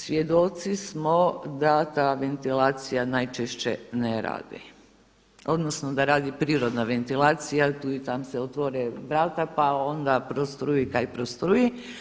Svjedoci smo da ta ventilacija najčešće ne radi, odnosno da radi prirodna ventilacija, tu i tamo se otvore vrata pa onda prostruji kaj prostruji.